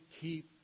keep